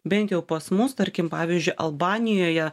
bent jau pas mus tarkim pavyzdžiui albanijoje